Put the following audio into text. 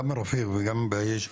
גם מרפיק וגם מבהיג',